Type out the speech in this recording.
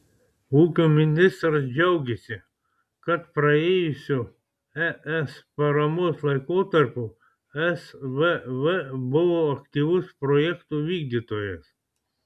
ūkio ministras džiaugėsi kad praėjusiu es paramos laikotarpiu svv buvo aktyvus projektų vykdytojas